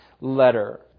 letter